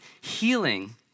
healing